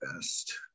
best